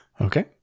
Okay